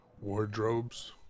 wardrobes